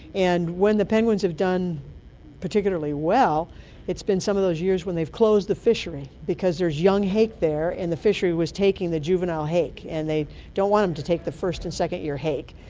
and when the penguins have done particularly well it's been some of those years when they've closed the fishery, because there's young hake there and the fishery was taking the juvenile hake, and they don't want them to take the first and second-year hake,